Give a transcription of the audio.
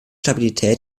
stabilität